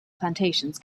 plantations